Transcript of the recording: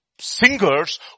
Singers